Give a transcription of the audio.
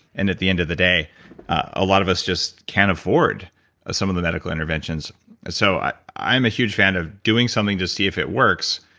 and at the end of the day a lot of just can't afford some of the medical interventions so i'm a huge fan of doing something to see if it works,